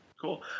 Cool